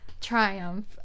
triumph